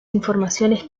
informaciones